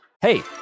Hey